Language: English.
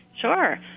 Sure